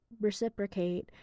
reciprocate